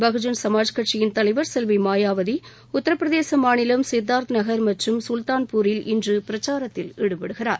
பகுஜன் சமாஜ் கட்சியின்தலைவர் செல்வி மாயாவதி உத்தரப்பிரதேச மாநிலம் சித்தார்த் நகர் மற்றும் கல்தான்பூரில் இன்று பிரச்சாரத்தில் ஈடுபடுகிறார்